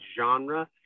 genre